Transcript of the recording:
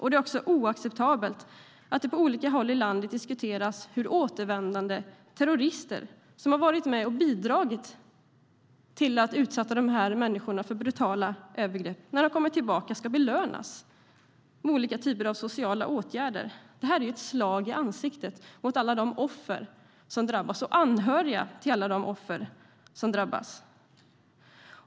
Det är också oacceptabelt att det på olika håll i landet diskuteras hur återvändande terrorister, som har varit med och bidragit till att utsätta människor för brutala övergrepp, ska belönas med olika typer av sociala åtgärder. Det är ett slag i ansiktet på alla de offer som drabbas och på alla de anhöriga till dem som drabbas.